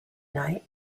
night